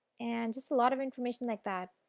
and just a lot of information like that.